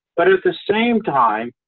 but at the same time,